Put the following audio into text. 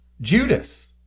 Judas